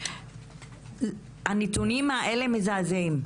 שהנתונים האלה מזעזעים.